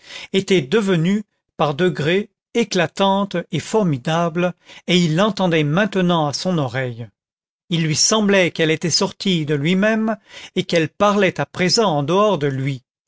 était devenue par degrés éclatante et formidable et il l'entendait maintenant à son oreille il lui semblait qu'elle était sortie de lui-même et qu'elle parlait à présent en dehors de lui